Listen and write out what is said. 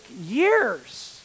years